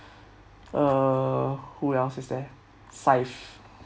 err who else is there syfe